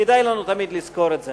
כדאי לנו תמיד לזכור את זה.